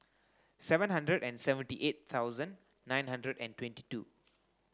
seven hundred and seventy eight thousand nine hundred and twenty two